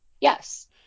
Yes